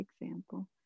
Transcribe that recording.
example